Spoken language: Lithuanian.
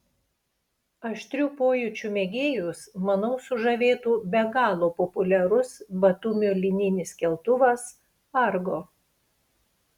aštrių pojūčių mėgėjus manau sužavėtų be galo populiarus batumio lyninis keltuvas argo